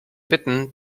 bitten